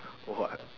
what